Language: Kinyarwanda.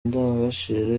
ndangagaciro